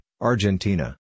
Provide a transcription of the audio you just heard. Argentina